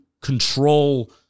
control